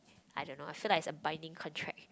I don't know I feel like it's a binding contract